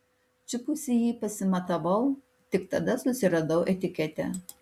čiupusi jį pasimatavau tik tada susiradau etiketę